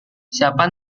siapa